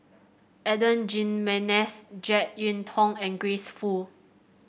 Adan Jimenez JeK Yeun Thong and Grace Fu